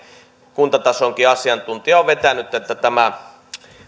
kuntatasonkin asiantuntija on vetänyt että tämä